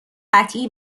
قطعی